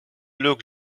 look